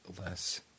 less